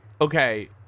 okay